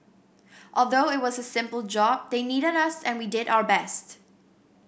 although it was a simple job they needed us and we did our best